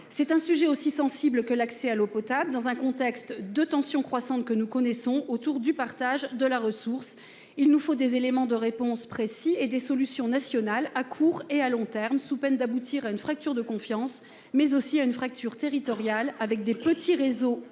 Sur un sujet aussi sensible que l'accès à l'eau potable, dans le contexte de tensions croissantes que nous connaissons sur le partage de la ressource, il nous faut des éléments de réponse précis et des solutions nationales à court et à long terme, sous peine d'aboutir à une fracture de confiance, mais aussi à une fracture territoriale, avec de petits réseaux